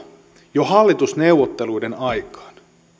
jo hallitusneuvotteluiden aikaan me